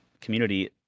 community